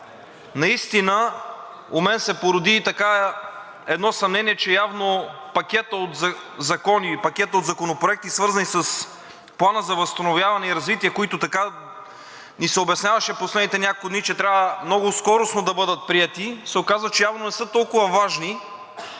наистина у мен се породи едно съмнение, че явно пакетът от закони, пакетът от законопроекти, свързани с Плана за възстановяване и устойчивост, които така ни се обясняваше последните няколко дни, че трябва много скоростно да бъдат приети, се оказва, че явно не са толкова важни,